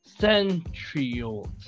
Centrioles